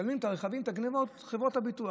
משלמים על גנבות הרכבים חברות הביטוח.